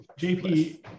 JP